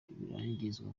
birangizwa